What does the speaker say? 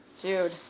Dude